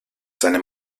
seine